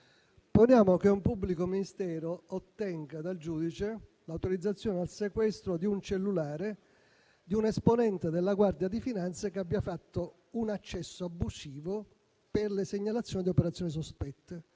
Supponiamo che un pubblico ministero ottenga dal giudice l'autorizzazione al sequestro di un cellulare di un'esponente della Guardia di finanza che abbia fatto un accesso abusivo per le segnalazioni di operazioni sospette